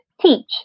teach